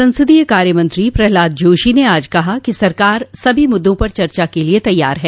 संसदीय कार्य मंत्री प्रल्हाद जोशी ने आज कहा कि सरकार सभी मुद्दा पर चर्चा के लिए तैयार है